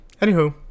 anywho